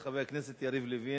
חבר הכנסת יריב לוין.